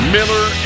Miller